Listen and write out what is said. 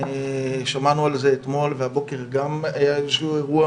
שמענו על זה אתמול והבוקר גם היה איזשהו אירוע